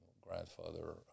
grandfather